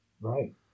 Right